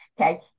okay